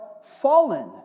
fallen